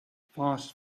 fast